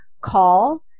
call